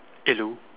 hello